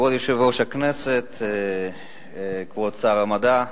כבוד היושב-ראש, כבוד שר המדע,